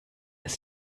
ist